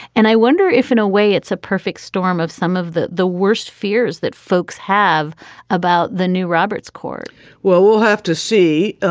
and i wonder if in a way it's a perfect storm of some of the the worst fears that folks have about the new roberts court well, we'll have to see.